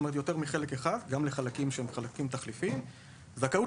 גם לחלקים שהם חלקים תחליפיים; זכאות